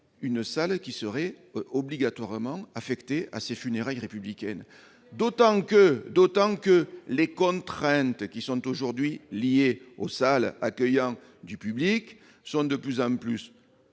une salle qui serait obligatoirement affectés à ces funérailles républicaine, d'autant que, d'autant que les contraintes qui sont aujourd'hui liés aux salles accueillant du public sont de plus en plus